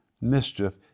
mischief